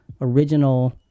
original